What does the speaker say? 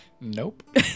Nope